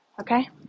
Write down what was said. okay